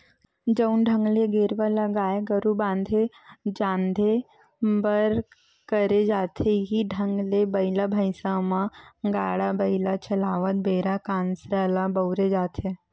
जउन ढंग ले गेरवा ल गाय गरु बांधे झांदे बर करे जाथे इहीं ढंग ले बइला भइसा के म गाड़ा बइला चलावत बेरा कांसरा ल बउरे जाथे